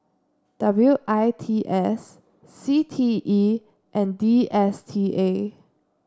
W I T S C T E and D S T A